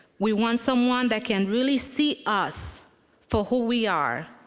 we want someone that can really see us for who we are,